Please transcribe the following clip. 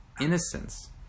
innocence